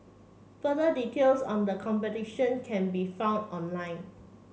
further details on the competition can be found online